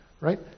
right